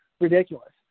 ridiculous